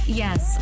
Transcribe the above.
yes